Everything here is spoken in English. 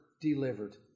delivered